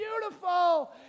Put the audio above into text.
beautiful